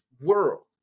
world